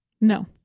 No